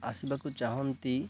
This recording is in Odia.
ଆସିବାକୁ ଚାହାଁନ୍ତି